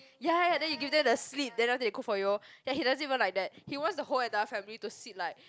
ya ya ya then you give them the slip then after that they cook for you ya he doesn't even like that he wants the whole entire family to sit like